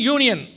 Union